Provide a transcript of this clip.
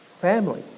family